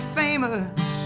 famous